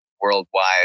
worldwide